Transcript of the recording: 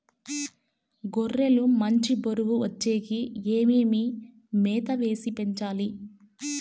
గొర్రె లు మంచి బరువు వచ్చేకి ఏమేమి మేత వేసి పెంచాలి?